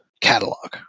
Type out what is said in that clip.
catalog